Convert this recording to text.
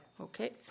Okay